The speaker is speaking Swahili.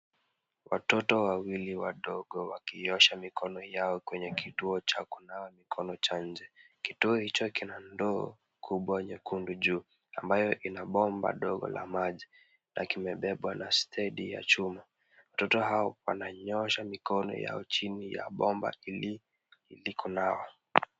Watoto wawili wadogo wakiosha mikono yao kwenye kituo cha kunawa mikono cha nje. Kituo hicho kina ndoo kubwa jekundu juu ambayo ina bomba la maji na kimebebwa na stedi za chuma. Watoto hao wananyoosha mikono yao chini ya bomba hili ili kunawa.